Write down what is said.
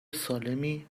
سالمی